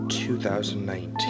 2019